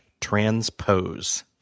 transpose